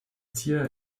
tier